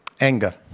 anger